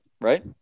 right